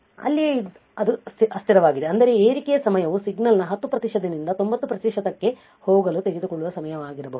ಅಲ್ಲಿಯೇ ಅದು ಅಸ್ಥಿರವಾಗಿದೆ ಅಂದರೆ ಏರಿಕೆಯ ಸಮಯವು ಸಿಗ್ನಲ್ನ 10 ಪ್ರತಿಶತದಿಂದ 90 ಪ್ರತಿಶತಕ್ಕೆ ಹೋಗಲು ತೆಗೆದುಕೊಳ್ಳುವ ಸಮಯವಾಗಿರಬಹುದು